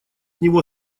него